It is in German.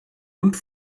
und